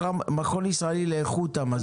מן המכון הישראלי לאיכות המזון.